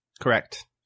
Correct